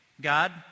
God